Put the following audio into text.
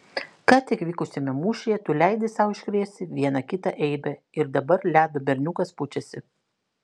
ką tik vykusiame mūšyje tu leidai sau iškrėsti vieną kitą eibę ir dabar ledo berniukas pučiasi